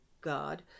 God